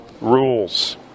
rules